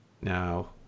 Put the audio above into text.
Now